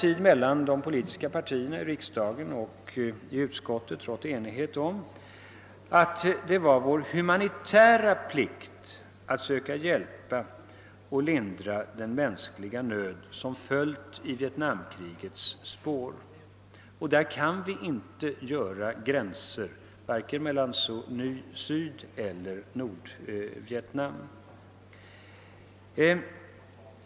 Det har mellan de politiska pratierna samt i riksdagen och i utrikesutskottet rått enighet om att det är vår humanitära plikt att försöka hjälpa till att lindra den mänskliga nöd som följt i Vietnamkrigets spår, och där kan vi inte dra upp några gränser ens mellan Nordoch Sydveitnam.